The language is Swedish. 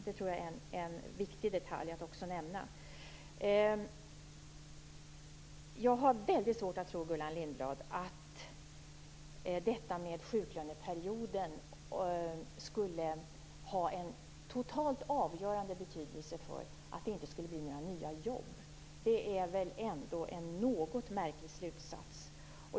Jag tror att det är viktigt att också nämna den detaljen. Gullan Lindblad, jag har väldigt svårt att tro att detta med sjuklöneperioden skulle vara av totalt avgörande betydelse för att det inte skulle bli några nya jobb. Det är väl ändå en något märklig slutsats.